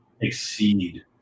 exceed